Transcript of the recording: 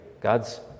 God's